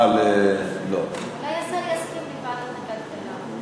אולי השר יסכים לוועדת הכלכלה?